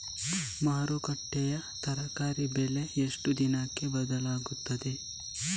ಮಾರುಕಟ್ಟೆಯ ತರಕಾರಿ ಬೆಲೆ ಎಷ್ಟು ದಿನಕ್ಕೆ ಬದಲಾಗುತ್ತದೆ?